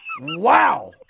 Wow